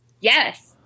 Yes